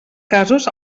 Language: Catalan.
casos